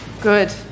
Good